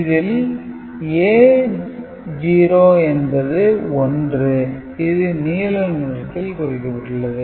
இதில் A0 என்பது 1 இது நீல நிறத்தில் குறிக்கப்பட்டுள்ளது